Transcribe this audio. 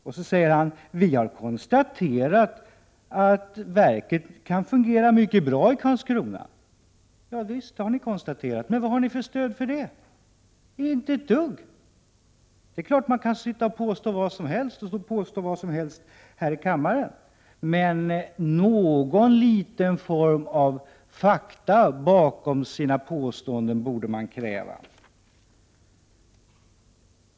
Och så fortsätter han: Vi har konstaterat att verket kan fungera mycket bra i Karlskrona. Ja visst, det har ni konstaterat — men vad har ni för stöd för det? Inte ett dugg! Det är klart att man kan påstå vad som helst här i kammaren, men någon liten aning om fakta bakom påståendena borde vi kunna kräva.